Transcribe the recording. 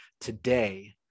today